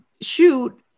shoot